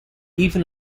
even